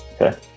Okay